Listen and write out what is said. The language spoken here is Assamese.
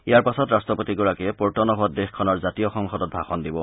ইয়াৰ পাছত ৰাট্টপতিগৰাকীয়ে পৰ্ট নভত দেশখনৰ জাতীয় সংসদত ভাষণ দিব